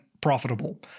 profitable